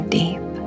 deep